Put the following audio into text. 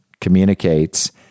communicates